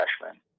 freshman